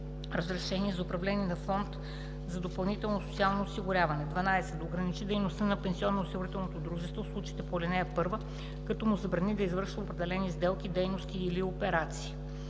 разрешение за управление на фонд за допълнително социално осигуряване; 12. да ограничи дейността на пенсионноосигурителното дружество в случаите по ал. 1, като му забрани да извършва определени сделки, дейности и/или операции;